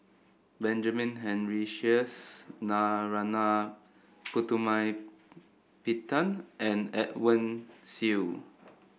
Benjamin Henry Sheares Narana Putumaippittan and Edwin Siew